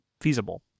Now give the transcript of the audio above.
feasible